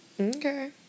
Okay